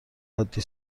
عادی